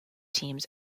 teams